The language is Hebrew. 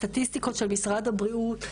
הסטטיסטיקות של משרד הבריאות,